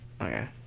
Okay